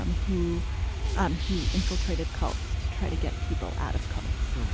um who um he infiltrated cults to try to get people out of cults,